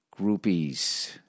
groupies